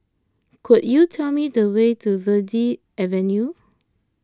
could you tell me the way to Verde Avenue